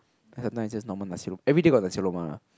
sometimes just normal nasi everyday got nasi-lemak